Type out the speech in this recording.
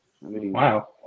Wow